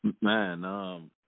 Man